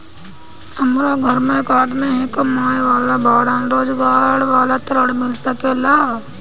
हमरा घर में एक आदमी ही कमाए वाला बाड़न रोजगार वाला ऋण मिल सके ला?